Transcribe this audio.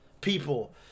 People